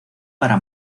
para